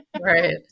Right